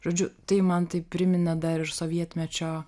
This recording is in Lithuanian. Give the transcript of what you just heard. žodžiu tai man taip priminė dar ir sovietmečio